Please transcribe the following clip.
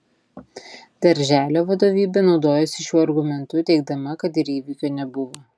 darželio vadovybė naudojosi šiuo argumentu teigdama kad ir įvykio nebuvo